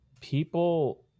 people